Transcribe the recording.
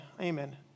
amen